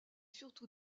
surtout